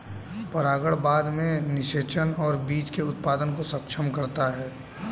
परागण बाद में निषेचन और बीज के उत्पादन को सक्षम करता है